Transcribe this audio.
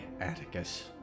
atticus